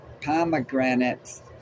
pomegranates